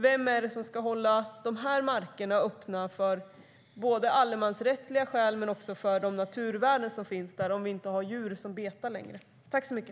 Vem är det som ska hålla dessa marker öppna med tanke på allemansrätten och de naturvärden som finns där om vi inte har djur som betar längre?